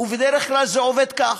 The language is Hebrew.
בדרך כלל זה עובד כך: